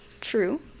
True